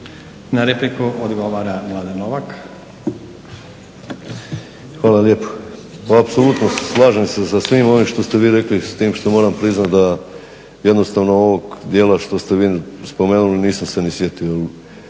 laburisti - Stranka rada)** Hvala lijepo. Pa apsolutno se slažem sa svim ovim što ste vi rekli s tim što moram priznati da jednostavno ovog dijela što ste vi spomenuli nisam se ni sjetio.